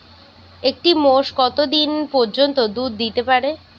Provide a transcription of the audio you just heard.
একটি মোষ কত দিন পর্যন্ত দুধ দিতে পারে?